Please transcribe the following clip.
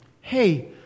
Hey